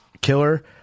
killer